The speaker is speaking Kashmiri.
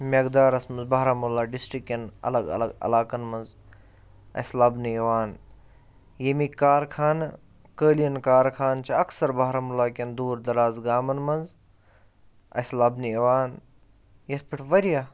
میقدارَس منٛز بارہمُلہ ڈِسٹِرک کٮ۪ن الگ الگ علاقَن منٛز اَسہِ لَبنہٕ یِوان ییٚمِکۍ کارخانہٕ قٲلیٖن کارخانہٕ چھِ اَکثَر بارہمُلہ کٮ۪ن دوٗر دَراز گامَن منٛز اَسہِ لَبنہٕ یِوان یَتھ پٮ۪ٹھ واریاہ